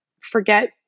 forget